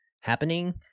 happening